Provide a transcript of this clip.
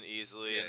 easily